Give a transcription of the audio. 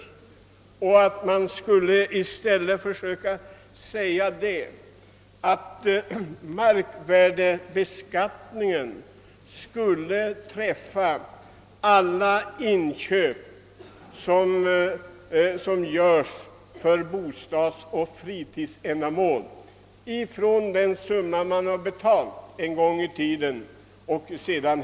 Jag anser att man i stället bör söka se till att markvärdebeskattningen helt och fullt träffar alla inköp av mark som görs för bostadsoch fritidsändamål med utgångspunkt från det belopp som en gång betalts för marken.